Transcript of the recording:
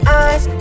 eyes